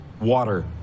Water